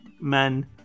men